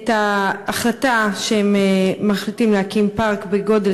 את ההחלטה שהם מחליטים להקים פארק בגודל